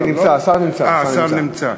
כן, נמצא, השר נמצא, השר נמצא.